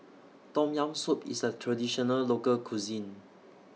Tom Yam Soup IS A Traditional Local Cuisine